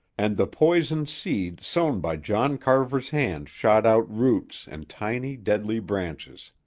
and the poison seed sown by john carver's hand shot out roots and tiny, deadly branches.